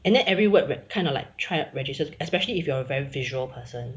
and then every word will kinda of like try and registers especially if you are a very visual person